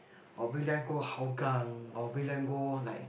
or bring them go Hougang or bring them go like